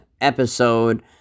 episode